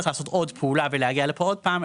לעשות עוד פעולה ולהגיע לפה עוד פעם,